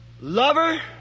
lover